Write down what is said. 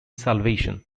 salvation